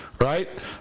Right